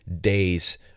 days